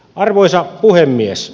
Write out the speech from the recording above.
arvoisa puhemies